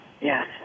Yes